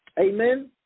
Amen